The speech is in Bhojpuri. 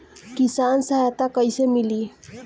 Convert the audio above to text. किसान सहायता कईसे मिली?